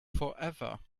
forever